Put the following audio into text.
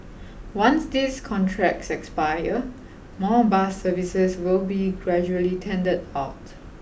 once these contracts expire more bus services will be gradually tendered out